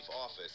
office